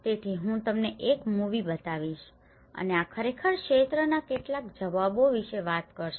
તેથી હું તમને એક મૂવી બતાવીશ અને આ ખરેખર ક્ષેત્રના કેટલાક જવાબો વિશે વાત કરશે